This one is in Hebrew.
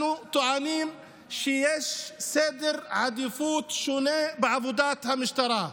אנחנו טוענים שיש סדר עדיפות שונה בעבודת המשטרה.